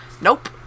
nope